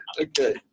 Okay